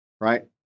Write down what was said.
right